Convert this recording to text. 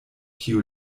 kiu